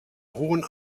hohen